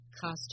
costume